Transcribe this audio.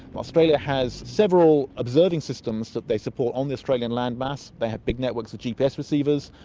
australia has several observing systems that they support on the australian landmass, they have big networks of gps receivers,